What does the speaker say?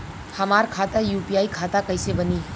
हमार खाता यू.पी.आई खाता कइसे बनी?